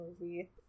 movie